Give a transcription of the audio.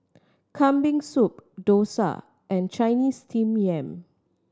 Kambing Soup dosa and Chinese Steamed Yam